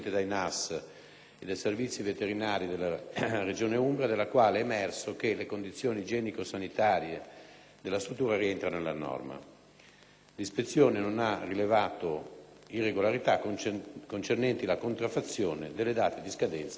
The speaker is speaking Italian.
e dai servizi veterinari della Regione Umbria, dalla quale è emerso che le condizioni igienico-sanitarie della struttura rientrano nella norma; l'ispezione non ha rilevato irregolarità concernenti la contraffazione delle date di scadenza dei prodotti.